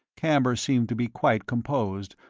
camber seemed to be quite composed,